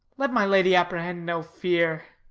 let my lady apprehend no fear!